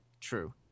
true